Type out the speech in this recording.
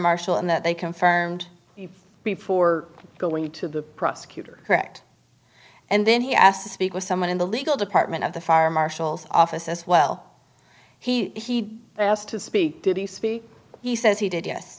marshal and that they confirmed before going to the prosecutor correct and then he asked to speak with someone in the legal department of the farm marshal's office as well he asked to speak did he speak he says he did yes